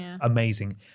amazing